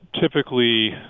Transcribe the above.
typically